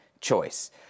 choice